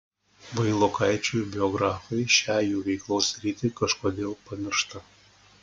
vailokaičių biografai šią jų veiklos sritį kažkodėl pamiršta